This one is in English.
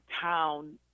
town